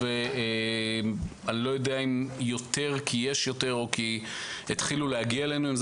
אני לא יודע אם יותר כי יש יותר או כי התחילו להגיע אלינו.